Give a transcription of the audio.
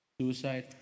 Suicide